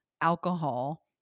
alcohol